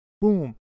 Boom